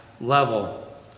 Level